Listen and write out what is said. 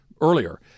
earlier